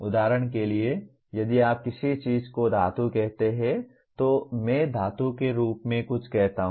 उदाहरण के लिए यदि आप किसी चीज को धातु कहते हैं तो मैं धातु के रूप में कुछ कहता हूं